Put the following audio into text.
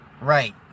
Right